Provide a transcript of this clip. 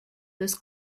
this